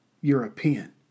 European